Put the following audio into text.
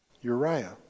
Uriah